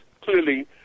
clearly